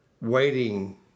Waiting